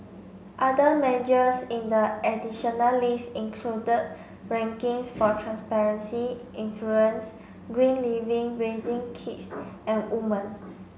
other measures in the additional list included rankings for transparency influence green living raising kids and women